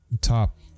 top